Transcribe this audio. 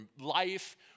life